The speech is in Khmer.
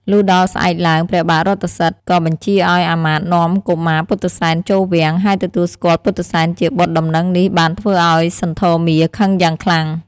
លុះដល់ស្អែកឡើង ព្រះបាទរថសិទ្ធិក៏បញ្ជាឲ្យអាមាត្យនាំកុមារពុទ្ធិសែនចូលវាំង ហើយទទួលស្គាល់ពុទ្ធិសែនជាបុត្រដំណឹងនេះបានធ្វើឲ្យសន្ធមារខឹងយ៉ាងខ្លាំង។